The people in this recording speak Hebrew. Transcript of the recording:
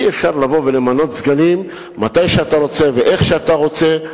אי-אפשר למנות סגנים מתי שאתה רוצה ואיך שאתה רוצה.